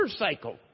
motorcycle